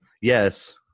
Yes